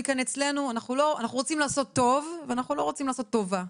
אנחנו רוצים לעשות טוב ואנחנו לא רוצים לעשות טובה.